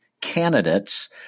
candidates